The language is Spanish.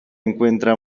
encuentra